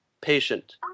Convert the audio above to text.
patient